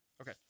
Okay